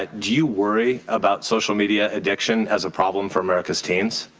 ah do you worry about social media addiction as a problem for america's teens?